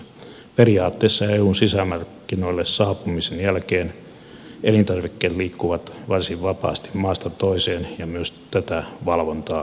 periaatteessa eun sisämarkkinoille saapumisen jälkeen elintarvikkeet liikkuvat varsin vapaasti maasta toiseen ja myös tätä valvontaa tulee tehostaa